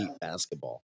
basketball